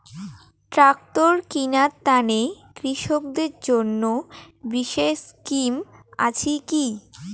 Tractor কিনার তানে কৃষকদের জন্য বিশেষ স্কিম আছি কি?